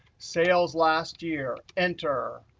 sales last year, enter.